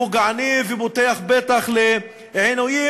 פוגעני ופותח פתח לעינויים,